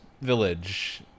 village